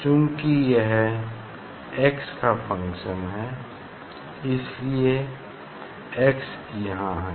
चूँकि यह x का फंक्शन है इसलिए x यहाँ है